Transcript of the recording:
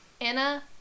Anna